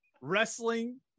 wrestling